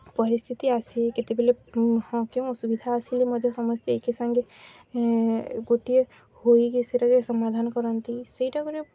ପରିସ୍ଥିତି ଆସେ କେତେବେଲେ ହଁ କେଉଁ ଅସୁବିଧା ଆସିଲେ ମଧ୍ୟ ସମସ୍ତେ ଏକା ସାଙ୍ଗେ ଗୋଟିଏ ହୋଇକି ସେଟାକେ ସମାଧାନ କରନ୍ତି ସେଇଟା ଗୋଟେ